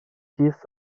dies